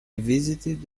visited